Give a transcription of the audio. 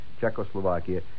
Czechoslovakia